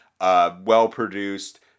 well-produced